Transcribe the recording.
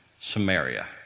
Samaria